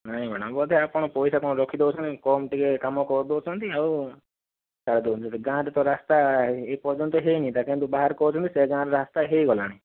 ନାଇଁ ମ୍ୟାଡ଼ାମ ବୋଧେ ଆପଣ ପଇସା କଣ ରଖିଦେଉଛନ୍ତି କଣ ଟିକେ କାମ କରିଦେଉଛନ୍ତି ଆଉ ଛାଡ଼ିଦେଉଛନ୍ତି ଆଉ ଗାଁରେ ତ ରାସ୍ତା ଏ ପର୍ଯ୍ୟନ୍ତ ହୋଇନି ତା' କିନ୍ତୁ ବାହାରେ କହୁଛନ୍ତି ସେ ଗାଁରେ ରାସ୍ତା ହୋଇଗଲାଣି